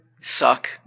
suck